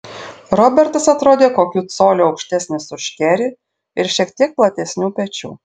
robertas atrodė kokiu coliu aukštesnis už kerį ir šiek tiek platesnių pečių